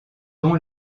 don